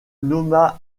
nomma